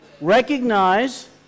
recognize